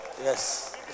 Yes